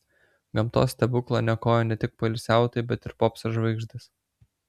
gamtos stebuklą niokoja ne tik poilsiautojai bet ir popso žvaigždės